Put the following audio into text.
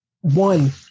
one